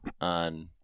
on